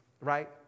right